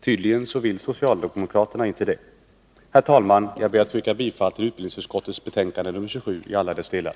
Tydligen vill inte socialdemokraterna göra det. Herr talman! Jag ber att få yrka bifall till utbildningsutskottets hemställan i betänkande 27 i alla dess delar.